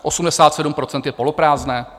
87 % je poloprázdné?